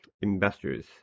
investors